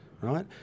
right